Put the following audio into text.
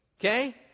okay